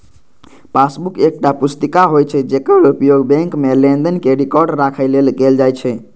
passbook एकटा पुस्तिका होइ छै, जेकर उपयोग बैंक मे लेनदेन के रिकॉर्ड राखै लेल कैल जाइ छै